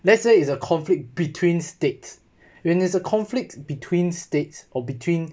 let's say is a conflict between states when its a a conflict between states or between